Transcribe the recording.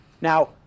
Now